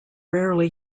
rarely